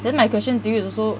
then my question to you is also